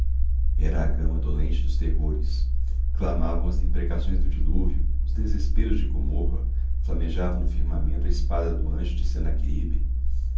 a gama dolente dos terrores clamavam as imprecações do dilúvio os desesperos de gomorra flamejava no firmamento a espada do anjo de senaqueribe